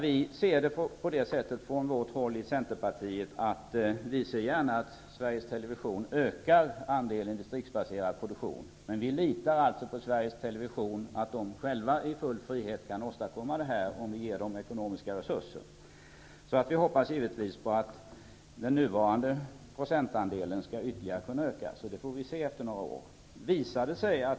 Vi i Centerpartiet ser gärna att Sveriges Television ökar andelen distriktsbaserad produktion. Men vi litar på att man på Sveriges Television i full frihet själv kan åstadkomma detta om vi ger ekonomiska resurser. Vi hoppas givetvis att den nuvarande procentandelen skall kunna öka ytterligare. Efter några år får vi se hur det har gått.